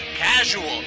Casual